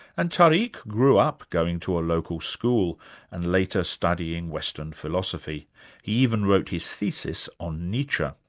and tariq grew up going to a local school and later studying western philosophy he even wrote his thesis on nietzsche.